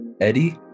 Eddie